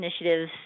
initiatives